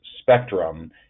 spectrum